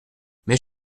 mais